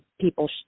people